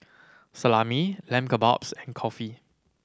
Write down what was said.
Salami Lamb Kebabs and Kulfi